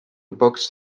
books